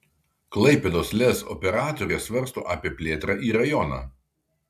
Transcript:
klaipėdos lez operatorė svarsto apie plėtrą į rajoną